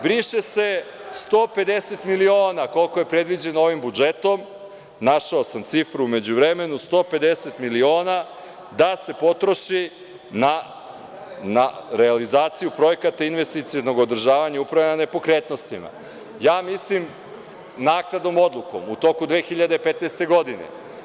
Briše se 150 miliona, koliko je predviđeno ovim budžetom, našao sam cifru u međuvremenu, 150 miliona da se potroši na realizaciju projekata investicionog održavanja i upravljanja nepokretnostima, naknadnom odlukom, u toku 2015. godine.